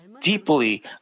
deeply